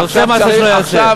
אתה עושה מעשה שלא ייעשה.